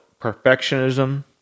perfectionism